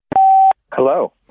Hello